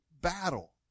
battle